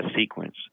sequence